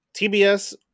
TBS